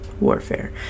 warfare